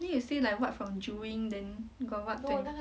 then you say like what from jeeling then got what thing